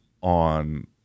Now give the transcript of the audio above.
on